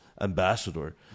ambassador